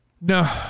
No